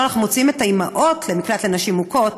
אנחנו מוציאים את האימהות למקלט לנשים מוכות,